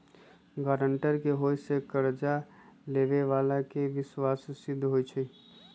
guarantor के होय से कर्जा लेबेय बला के विश्वासी सिद्ध होई छै